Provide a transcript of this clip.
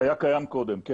הוא היה קיים קודם, כן.